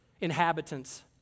inhabitants